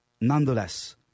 Nonetheless